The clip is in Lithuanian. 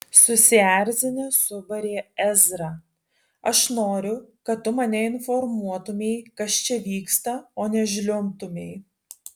susierzinęs subarė ezra aš noriu kad tu mane informuotumei kas čia vyksta o ne žliumbtumei